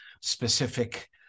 specific